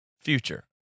future